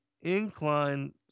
incline